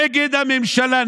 נגד הממשלה,